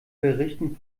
berichten